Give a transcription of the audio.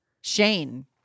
Shane